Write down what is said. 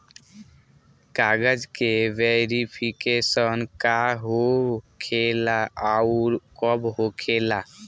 कागज के वेरिफिकेशन का हो खेला आउर कब होखेला?